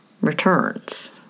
returns